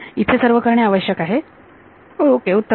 इथे सर्व करणे आवश्यक आहे उत्तम आहे